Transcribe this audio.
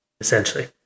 essentially